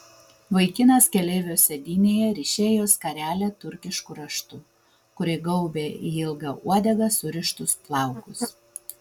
vaikinas keleivio sėdynėje ryšėjo skarelę turkišku raštu kuri gaubė į ilgą uodegą surištus plaukus